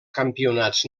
campionats